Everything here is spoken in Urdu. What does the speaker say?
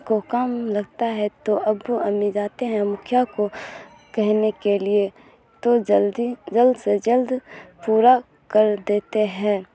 کو کام لگتا ہے تو اب امی جاتے ہیں مکھیا کو کہنے کے لیے تو جلدی جلد سے جلد پورا کر دیتے ہیں